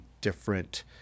different